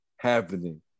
happening